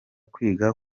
kwiga